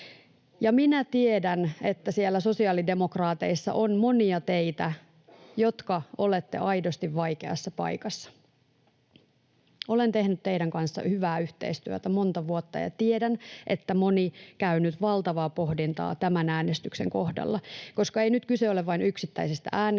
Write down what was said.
minä tiedän, että siellä sosiaalidemokraateissa on teitä monia, jotka olette aidosti vaikeassa paikassa. Olen tehnyt teidän kanssanne hyvää yhteistyötä monta vuotta, ja tiedän, että moni käy nyt valtavaa pohdintaa tämän äänestyksen kohdalla, koska ei nyt kyse ole vain yksittäisestä äänestyksestä,